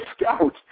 scout